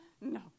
no